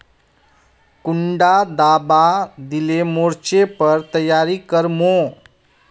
कुंडा दाबा दिले मोर्चे पर तैयारी कर मो?